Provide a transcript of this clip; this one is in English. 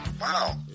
Wow